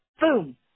boom